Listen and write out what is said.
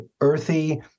earthy